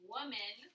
Woman